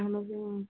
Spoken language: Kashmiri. اَہَن حظ